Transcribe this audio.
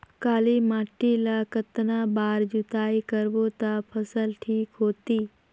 काली माटी ला कतना बार जुताई करबो ता फसल ठीक होती?